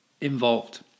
involved